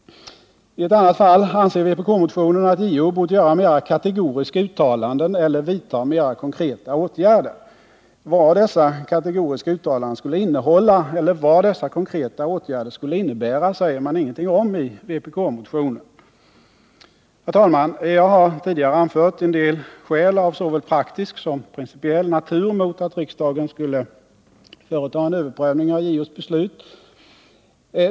I ett annat fall anser vpk-motionen att JO bort göra ”mera kategoriska uttalanden eller vidta mera konkreta åtgärder”. Vad dessa kategoriska uttalanden skulle innehålla eller vad dessa konkreta åtgärder skulle innebära säger man ingenting om i vpk-motionen. Herr talman! Jag har tidigare anfört en del skäl av såväl praktisk som principiell natur mot att riksdagen skulle företa en överprövning av JO:s beslut.